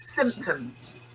symptoms